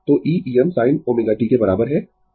तो e Em sin ω t के बराबर है